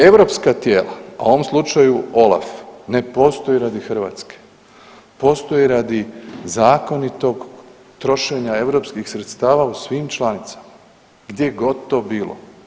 Europska tijela, a u ovom slučaju OLAF ne postoji radi Hrvatske, postoji radi zakonitog trošenja europskih sredstava u svim članicama gdje god to bilo.